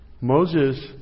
Moses